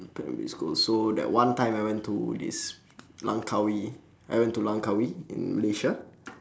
primary school so that one time I went to this langkawi I went to langkawi in malaysia